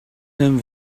him